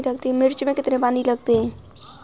मिर्च में कितने पानी लगते हैं?